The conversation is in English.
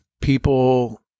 people